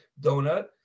donut